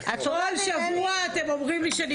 כל שבוע אתם אומרים לי שנגמר.